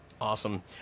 Awesome